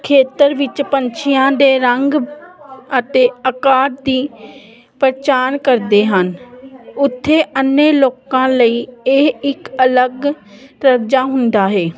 ਖੇਤਰ ਵਿੱਚ ਪੰਛੀਆਂ ਦੇ ਰੰਗ ਅਤੇ ਅਕਾਰ ਦੀ ਪਹਿਚਾਣ ਕਰਦੇ ਹਨ ਉੱਥੇ ਅੰਨੇ ਲੋਕਾਂ ਲਈ ਇਹ ਇੱਕ ਅਲੱਗ ਦਰਜਾ ਹੁੰਦਾ ਹੈ